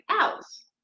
owls